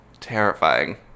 Terrifying